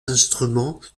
instruments